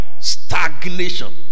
stagnation